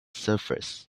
surface